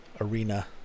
arena